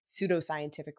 pseudoscientific